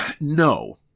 No